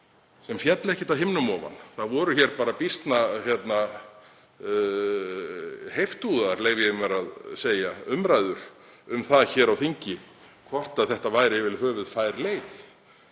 sem féll ekki af himnum ofan. Það voru býsna heiftúðugar, leyfi ég mér að segja, umræður um það hér á þingi hvort þetta væri yfir höfuð fær leið